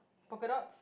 polka dots